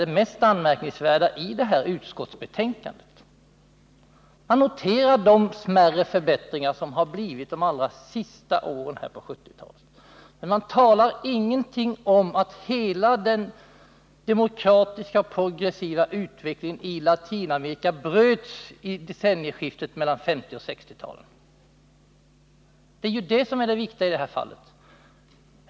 Det mest anmärkningsvärda i det här utskottsbetänkandet är att man noterar de smärre förbättringar som inträtt de allra senaste åren. Men man säger ingenting om att hela den demokratiska och progressiva utvecklingen i Latinamerika bröts i skiftet mellan 1950 och 1960-talen. Det är det som är det viktiga.